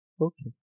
okay